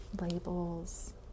labels